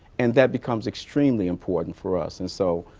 and that becomes extremely important for us. and so